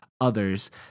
others